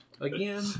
Again